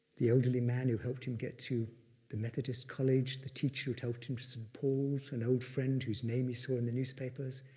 the elderly man who helped him get to the methodist college, the teacher who'd helped him to st. paul's, an old friend whose name he saw in the newspapers,